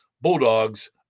Bulldogs